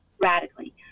radically